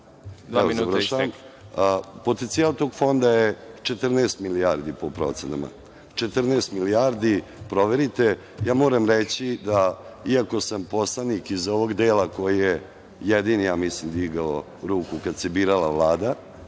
završavam. Dakle, potencijal tog fonda je 14 milijardi, po procenama. Četrnaest milijardi, proverite. Ja moram reći da, iako sam poslanik iz ovog dela koji je jedini, ja mislim, digao ruku kada se birala Vlada